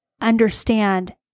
understand